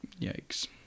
Yikes